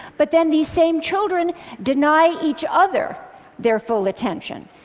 but then these same children deny each other their full attention.